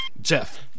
Jeff